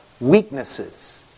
weaknesses